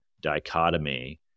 dichotomy